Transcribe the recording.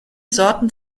sorten